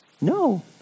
No